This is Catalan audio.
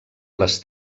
les